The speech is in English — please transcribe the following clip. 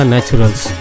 Naturals